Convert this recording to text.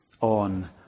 on